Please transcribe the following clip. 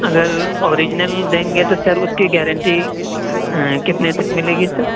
اگر اوریجنل دیں گے تو سر اس کی گارنٹی کتنے تک ملے گی سر